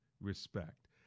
respect